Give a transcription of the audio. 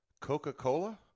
coca-cola